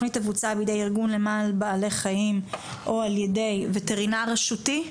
התוכנית תבוצע בידי ארגון למען בעלי חיים או על ידי וטרינר רשותי?